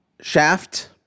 Shaft